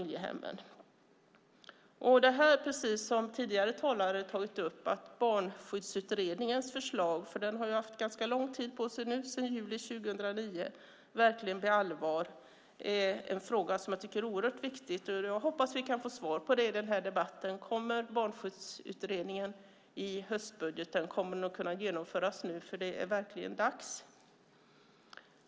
Tidigare talare har tagit upp att det verkligen blir allvar av Barnskyddsutredningens förslag. Utredningen har arbetat sedan i juli 2009. Det är en fråga som jag tycker är oerhört viktig. Jag hoppas att vi i denna debatt kan få svar på om Barnskyddsutredningens förslag kommer att kunna genomföras och finnas med i höstbudgeten. Det är verkligen dags.